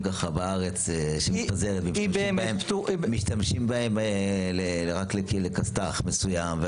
בארץ שמתפזרת ומשתמשים בהם רק לכסת"ח מסוים.